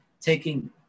taking